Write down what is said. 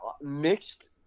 mixed –